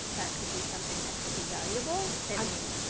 that could be something that could be valuable, it may.